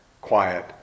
quiet